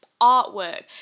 artwork